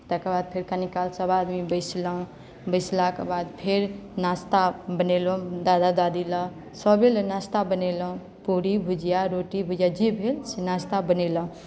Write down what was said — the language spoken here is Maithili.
तकर बाद फेर कनी काल सभआदमी बैसलहुँ बैसलाक बाद फेर नाश्ता बनेलहुँ दादा दादी लेल सभहि लेल नाश्ता बनेलहुँ पूरी भुजिया रोटी भुजिया जे भेल से नाश्ता बनेलहुँ